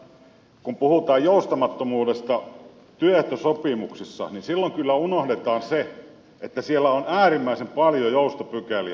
ja kun puhutaan joustamattomuudesta työehtosopimuksissa niin silloin kyllä unohdetaan se että siellä on äärimmäisen paljon joustopykäliä